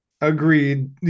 Agreed